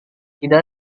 tidak